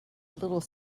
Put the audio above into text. little